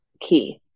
key